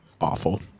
awful